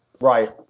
Right